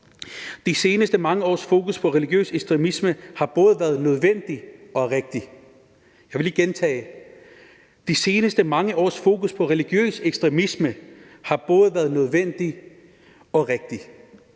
De seneste mange års fokus på religiøs ekstremisme har både været nødvendig og rigtig. Det vil jeg lige gentage: De seneste mange års fokus på religiøs ekstremisme har både været nødvendig og rigtig.